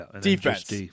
defense